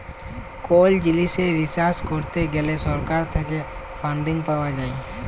call জিলিসে research করত গ্যালে সরকার থেক্যে ফান্ডিং পাওয়া যায়